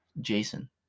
jason